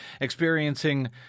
experiencing